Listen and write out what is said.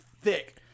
thick